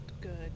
Good